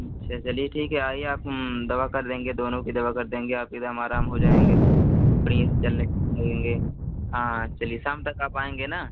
अच्छा चलिए ठीक है आइए आप हम दवा कर देंगे दोनों की दवा कर देंगे आप एकदम आराम हो जाएँगे बढ़िया से चलने लगेंगे हाँ चलिए शाम तक आप आएँगे न